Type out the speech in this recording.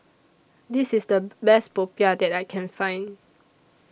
This IS The Best Popiah that I Can Find